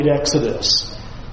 Exodus